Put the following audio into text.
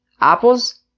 Apples